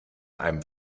einem